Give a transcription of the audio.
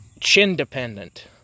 Chin-dependent